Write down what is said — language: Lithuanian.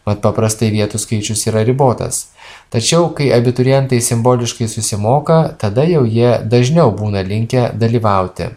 mat paprastai vietų skaičius yra ribotas tačiau kai abiturientai simboliškai susimoka tada jau jie dažniau būna linkę dalyvauti